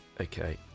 Okay